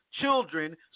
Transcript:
Children